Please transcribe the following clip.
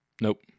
nope